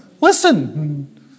Listen